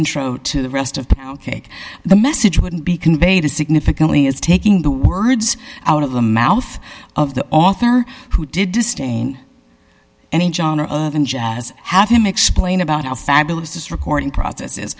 intro to the rest of the cake the message wouldn't be conveyed a significantly is taking the words out of the mouth of the author who did disdain and honor of in jazz have him explain about how fabulous this recording process